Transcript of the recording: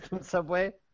Subway